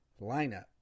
lineup